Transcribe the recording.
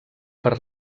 per